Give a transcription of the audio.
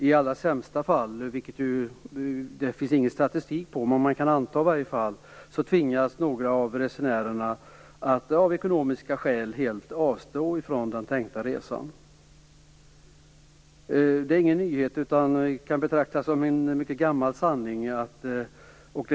I allra sämsta fall tvingas några av resenärerna att av ekonomiska skäl helt avstå från den tänkta resan. Det finns ingen statistik på detta, men man kan anta det.